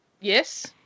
Yes